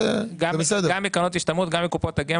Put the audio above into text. גם בקרנות השתלמות וגם בקופות הגמל.